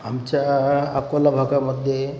आमच्या अकोला भागामध्ये